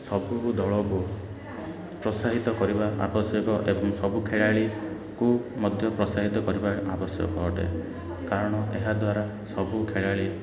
ସବୁ ଦଳକୁ ପ୍ରୋତ୍ସାହିତ କରିବା ଆବଶ୍ୟକ ଏବଂ ସବୁ ଖେଳାଳିକୁ ମଧ୍ୟ ପ୍ରୋତ୍ସାହିତ କରିବା ଆବଶ୍ୟକ ଅଟେ କାରଣ ଏହାଦ୍ୱାରା ସବୁ ଖେଳାଳି